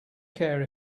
care